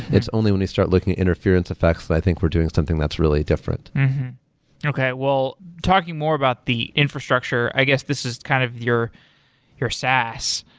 it's only when you start looking at interference effects and i think we're doing something that's really different okay. well, talking more about the infrastructure, i guess this is kind of your your sas,